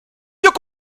vieux